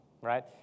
right